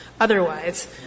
otherwise